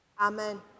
amen